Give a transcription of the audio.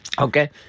okay